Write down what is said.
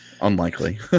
unlikely